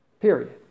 Period